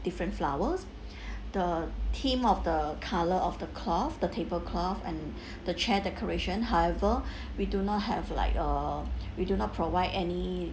different flowers the theme of the colour of the cloth the table cloth and the chair decoration however we do not have like uh we do not provide any